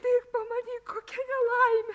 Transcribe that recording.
tik pamanyk kokia nelaimė